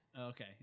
Okay